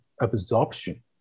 absorption